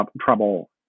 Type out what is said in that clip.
trouble